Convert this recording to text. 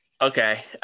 Okay